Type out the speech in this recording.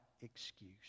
excuse